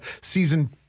season